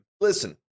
listen